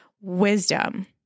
wisdom